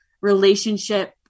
relationship